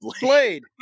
Blade